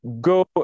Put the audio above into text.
go